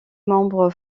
membre